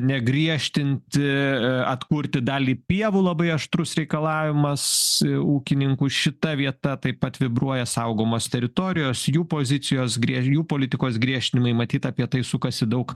negriežtinti e atkurti dalį pievų labai aštrus reikalavimas ūkininkus šita vieta taip pat vibruoja saugomos teritorijos jų pozicijos griežlių politikos griežtinimui matyt apie tai sukasi daug